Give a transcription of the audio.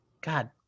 God